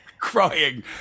Crying